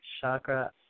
chakra